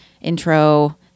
intro